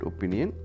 Opinion